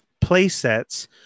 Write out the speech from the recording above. playsets